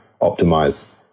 optimize